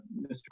Mr